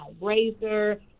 Razor